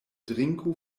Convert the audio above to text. drinku